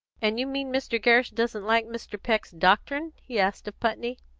and you mean mr. gerrish doesn't like mr. peck's doctrine? he asked of putney.